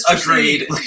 agreed